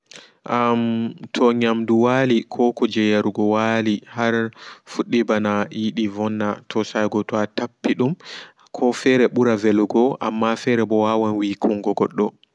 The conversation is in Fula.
Ammm to nyamdu waali koɓo kuje yarugo waali har fuddi ɓana yidi vonna to saigo toa tappi dum ko fere ɓura velugo amma fere wawan wuikungo goddo.